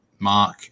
Mark